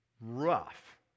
rough